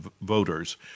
voters